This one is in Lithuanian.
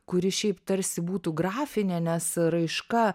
kuri šiaip tarsi būtų grafinė nes raiška